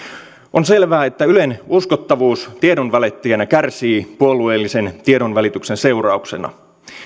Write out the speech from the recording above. on selvää että ylen uskottavuus tiedonvälittäjänä kärsii puolueellisen tiedonvälityksen seurauksena